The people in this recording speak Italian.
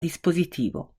dispositivo